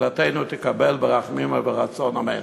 ותפילתנו תקבל ברחמים וברצון, אמן.